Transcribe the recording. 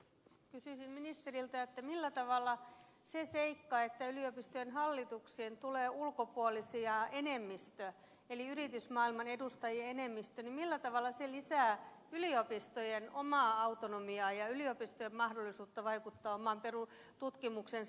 kysyisin ministeriltä millä tavalla se seikka että yliopistojen hallituksiin tulee ulkopuolisia enemmistö eli yritysmaailman edustajia enemmistö lisää yliopistojen omaa autonomiaa ja yliopistojen mahdollisuutta vaikuttaa omaan tutkimukseensa